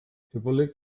überlegt